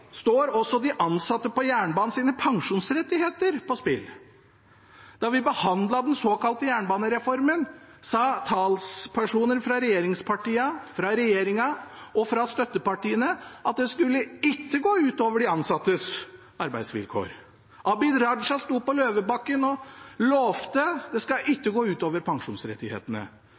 står også pensjonsrettighetene til de ansatte i jernbanen på spill. Da vi behandlet den såkalte jernbanereformen, sa talspersoner for regjeringspartiene, regjeringen og støttepartiene at det ikke skulle gå ut over de ansattes arbeidsvilkår. Abid Q. Raja sto på Løvebakken og lovet at det ikke skulle gå ut over pensjonsrettighetene.